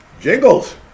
Jingles